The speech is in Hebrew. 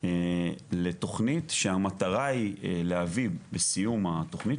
לתוכנית שהמטרה היא להביא בסיום התוכנית,